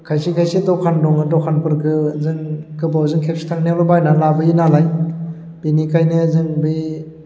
खायसे खायसे दखान दङ दखानफोरखो जों गोबावजों खेबसे थांनायाव लाबोयो नालाय बिनिखायनो जों बे